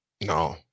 No